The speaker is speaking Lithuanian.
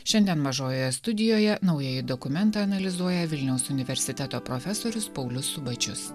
šiandien mažojoje studijoje naująjį dokumentą analizuoja vilniaus universiteto profesorius paulius subačius